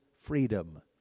freedom